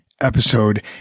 episode